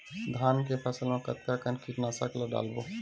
धान के फसल मा कतका कन कीटनाशक ला डलबो?